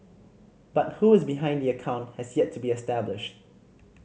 but who is behind the account has yet to be established